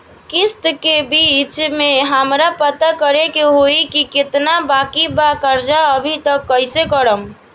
किश्त के बीच मे हमरा पता करे होई की केतना बाकी बा कर्जा अभी त कइसे करम?